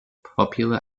popular